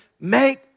make